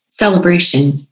Celebration